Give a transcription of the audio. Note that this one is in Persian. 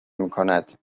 میکند